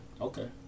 Okay